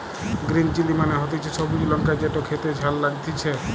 green chilli মানে হতিছে সবুজ লঙ্কা যেটো খেতে ঝাল লাগতিছে